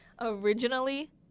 originally